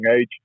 age